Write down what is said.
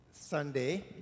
Sunday